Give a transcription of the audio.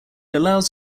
allows